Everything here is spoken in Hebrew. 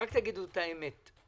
רק תגידו את האמת.